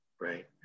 Right